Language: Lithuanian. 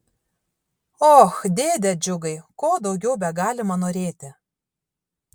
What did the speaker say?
och dėde džiugai ko daugiau begalima norėti